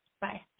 Bye